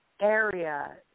area